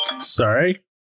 Sorry